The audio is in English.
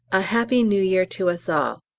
a happy new year to us all!